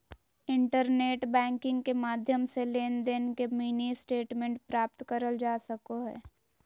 internet banking के माध्यम से लेनदेन के मिनी स्टेटमेंट प्राप्त करल जा सको हय